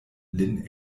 lin